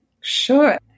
Sure